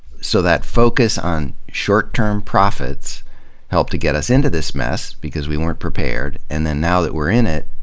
so, that focus on short-term profits helped to get us into this mess because we weren't prepared, and then now that we're in it,